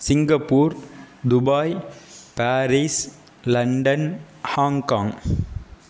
Singapore Dubai Paris London Hong Kong